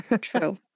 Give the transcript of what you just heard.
True